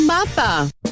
Mappa